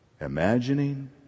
imagining